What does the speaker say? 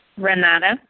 Renata